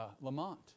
Lamont